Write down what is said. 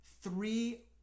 three